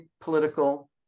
political